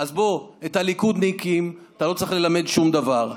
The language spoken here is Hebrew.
אז בוא, את הליכודניקים אתה לא צריך ללמד שום דבר.